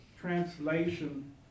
translation